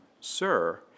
Sir